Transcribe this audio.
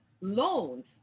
loans